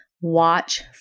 Watch